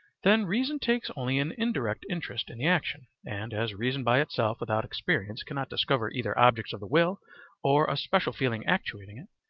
then reason takes only an indirect interest in the action, and, as reason by itself without experience cannot discover either objects of the will or a special feeling actuating it,